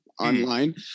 online